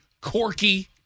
Corky